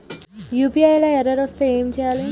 UPI లా error వస్తే ఏం చేయాలి?